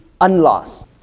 unlost